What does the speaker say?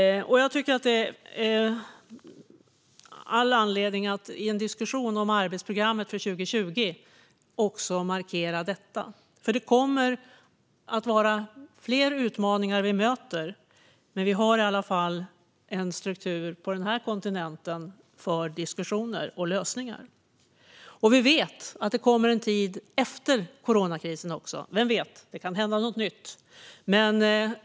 Det finns all anledning att i en diskussion om arbetsprogrammet för 2020 också markera detta. Vi kommer att möta fler utmaningar, men vi har i alla fall en struktur för diskussioner och lösningar på denna kontinent. Vi vet att det kommer en tid efter coronakrisen. Vem vet - det kan hända något nytt.